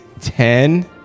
Ten